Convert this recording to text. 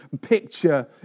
picture